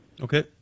Okay